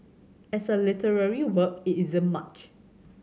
as a literary work it isn't much